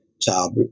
child